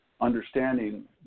understanding